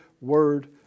word